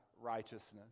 righteousness